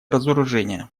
разоружение